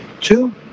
Two